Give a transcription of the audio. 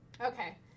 Okay